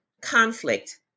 conflict